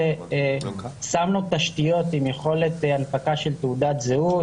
ששמנו תשתיות עם יכולת הנפקה של תעודת זהות,